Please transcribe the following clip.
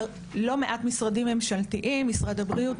לא מעט משרדים ממשלתיים כמו משרד הבריאות,